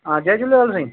हा जय झूलेलाल साईं